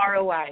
ROI